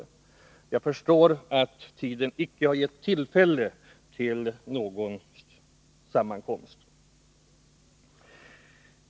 Jag förstår att tiden icke har gett tillfälle till någon sammankomst.